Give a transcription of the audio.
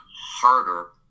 harder